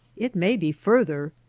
it may be further.